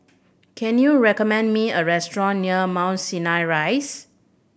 can you recommend me a restaurant near Mount Sinai Rise